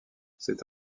c’est